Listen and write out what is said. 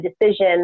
decision